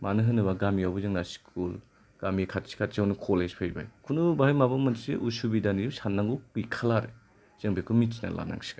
मानो होनोबा गामियावबो जोंना स्कुल गामि खाथि खाथियावनो कलेज फैबाय खुनु बाहाय माबा मोनसे उसुबिदानिबो साननांगौ गैखाला आरो जों बेखौ मिथिनानै लानांसिगोन